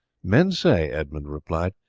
men say, edmund replied,